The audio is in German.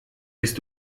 bist